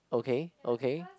okay okay